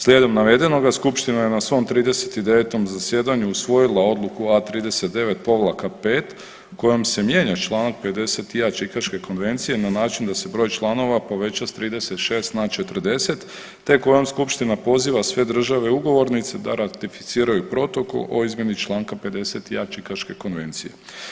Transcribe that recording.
Slijedom navedenoga, skupština je na svom 39 zasjedanju usvojila Odluku A39-5 kojom se mijenja Članak 50.(a) Čikaške konvencije na način da se broj članova poveća s 36 na 40 te kojom skupština poziva sve države ugovornice da ratificiraju protokol o izmjeni Članka 50.(a) Čikaške konvencije.